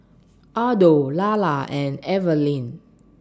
Othel Lara and Evalyn